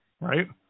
Right